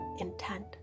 intent